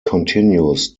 continues